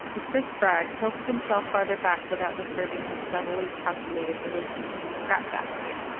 mr. spragg tilted himself farther back without disturbing his subtly-calculated relation to the scrap basket.